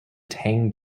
tang